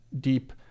deep